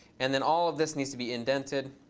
and then all of this needs to be indented.